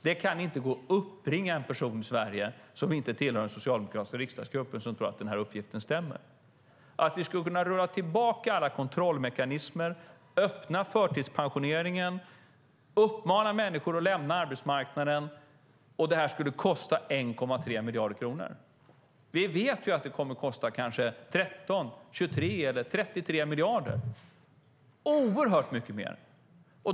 Det kan inte gå att uppbringa en person i Sverige, som inte tillhör den socialdemokratiska riksdagsgruppen, som tror att uppgiften stämmer, att vi skulle kunna rulla tillbaka alla kontrollmekanismer, öppna förtidspensioneringen, uppmana människor att lämna arbetsmarknaden och att det skulle kosta 1,3 miljarder kronor. Vi vet att det kommer att kosta kanske 13, 23 eller 33 miljarder - oerhört mycket mer!